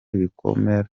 ibikomere